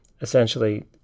essentially